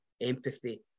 Empathy